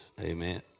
Amen